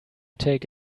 take